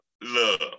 love